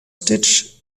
stitch